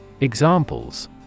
Examples